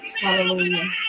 Hallelujah